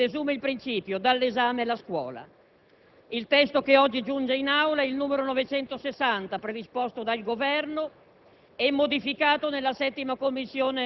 Ecco: dalla fine, dunque, si desume il principio. Dall'esame, la scuola. Il testo che oggi giunge in Aula è il n. 960, predisposto dal Governo